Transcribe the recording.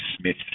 Smith